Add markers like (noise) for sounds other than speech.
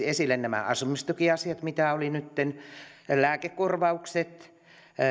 (unintelligible) esille esimerkiksi nämä asumistukiasiat mitä oli nytten esillä lääkekorvaukset